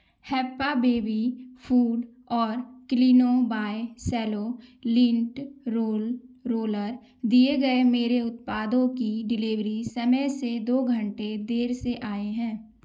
Happa baby food और Cleano by Cello lint roller दिए गए मेरे उत्पादों की डिलिवरी समय से दो घंटे देर से आए हैं